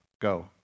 go